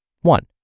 One